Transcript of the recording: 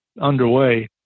underway